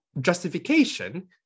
justification